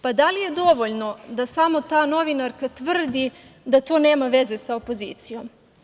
Pa, da li je dovoljno da samo ta novinarka tvrdi da to nema veze sa opozicijom?